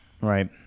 Right